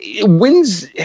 Wins